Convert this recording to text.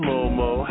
Momo